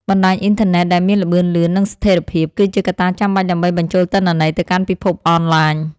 បណ្តាញអ៊ីនធឺណិតដែលមានល្បឿនលឿន និងស្ថិរភាព គឺជាកត្តាចាំបាច់ដើម្បីបញ្ចូលទិន្នន័យទៅកាន់ពិភពអនឡាញ។